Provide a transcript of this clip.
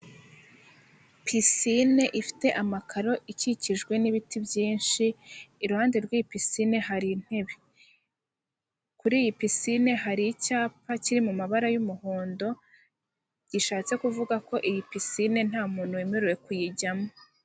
Pisine ifite amakaro ikikijwe n'ibiti byinshi iruhande rw'iyi pisine hari intebe, kuri iyi pisine hari icyapa kiri mu mabara y'umuhondo gishatse kuvuga ko iyi pisine nta muntu wemerewe kuyijyamo.